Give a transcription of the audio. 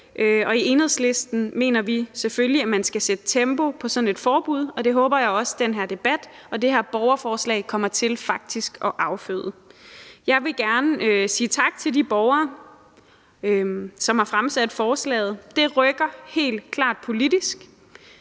i Enhedslisten mener vi selvfølgelig, at man skal sætte tempo på i forhold til at få sådan et forbud, og det håber jeg også den her debat og det her borgerforslag faktisk kommer til at afføde. Jeg vil gerne sige tak til de borgere, som har fremsat forslaget; det rykker helt klart politisk.